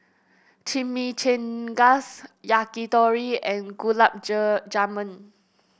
Chimichangas Yakitori and Gulab Jamun